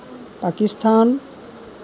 Pakistan